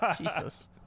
Jesus